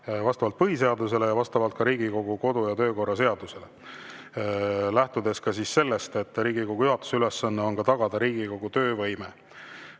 vastavalt põhiseadusele ja vastavalt Riigikogu kodu‑ ja töökorra seadusele, lähtudes ka sellest, et Riigikogu juhatuse ülesanne on tagada Riigikogu töövõime.